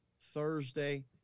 Thursday